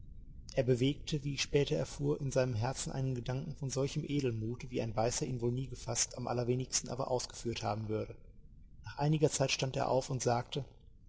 er bewegte wie ich später erfuhr in seinem herzen einen gedanken von solchem edelmute wie ein weißer ihn wohl nie gefaßt am allerwenigsten aber ausgeführt haben würde nach einiger zeit stand er auf und sagte